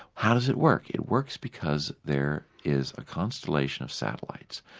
how does it work? it works because there is a constellation of satellites,